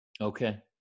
Okay